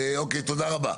אוקיי, תודה רבה.